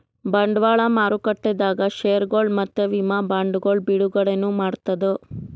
ಬಂಡವಾಳ್ ಮಾರುಕಟ್ಟೆದಾಗ್ ಷೇರ್ಗೊಳ್ ಮತ್ತ್ ವಿಮಾ ಬಾಂಡ್ಗೊಳ್ ಬಿಡುಗಡೆನೂ ಮಾಡ್ತದ್